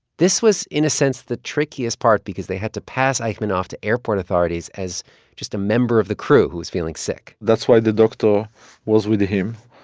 this was, in a sense, the trickiest part because they had to pass eichmann off to airport authorities as just a member of the crew who was feeling sick that's why the doctor was with him.